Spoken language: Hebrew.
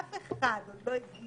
אף אחד עוד לא הגיע